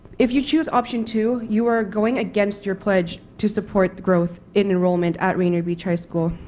if you choose option two, you're going against your pledge to support the growth in enrollment at rainier beach high school.